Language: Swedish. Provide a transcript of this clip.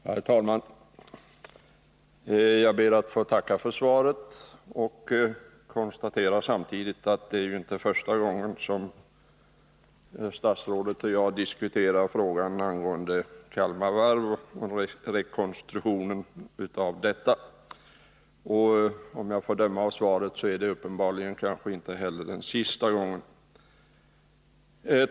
Herr talman! Jag ber att få tacka för svaret. Jag konstaterar samtidigt att det inte är första gången som statsrådet och jag diskuterar frågan om Kalmar Varv och rekonstruktionen av detta. Om jag får döma av svaret är det uppenbarligen inte heller den sista gången.